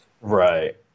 Right